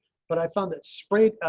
but i found that spray.